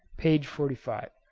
page forty five.